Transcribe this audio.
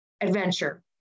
adventure